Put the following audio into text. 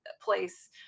place